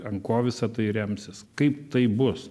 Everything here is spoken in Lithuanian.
ant ko visa tai remsis kaip tai bus